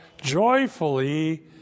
joyfully